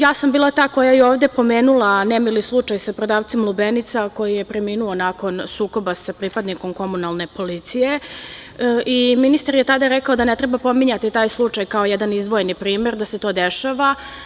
Ja sam bila ta koja je ovde pomenula nemili slučaj sa prodavcem lubenica, koji je preminuo nakon sukoba sa pripadnikom komunalne policije i ministar je tada rekao da ne treba pominjati taj slučaj kao jedan izdvojeni primer, da se to dešava.